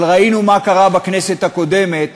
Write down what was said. אבל ראינו מה קרה בכנסת הקודמת,